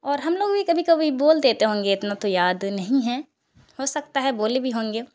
اور ہم لوگ بھی کبھی کبھی بول دیتے ہوں گے اتنا تو یاد نہیں ہے ہو سکتا ہے بولے بھی ہوں گے